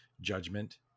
judgment